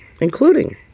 including